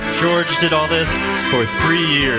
george did all this for three years.